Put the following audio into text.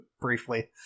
Briefly